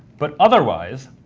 but otherwise,